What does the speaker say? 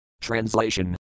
Translation